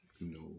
No